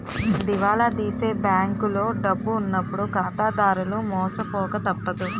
దివాలా తీసే బ్యాంకులో డబ్బు ఉన్నప్పుడు ఖాతాదారులు మోసపోక తప్పదు